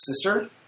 sister